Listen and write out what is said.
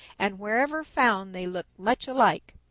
and wherever found they look much alike.